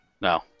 No